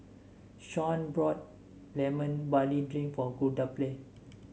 Sean bought Lemon Barley Drink for Guadalupe